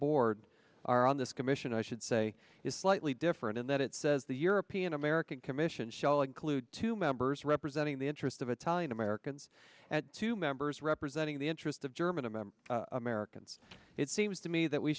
board are on this commission i should say is slightly different in that it says the european american commission shall include two members representing the interest of italian americans at two members representing the interest of german a member americans it seems to me that we